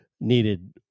needed